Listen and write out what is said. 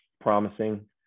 promising